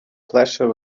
pleasure